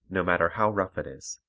no matter how rough it is,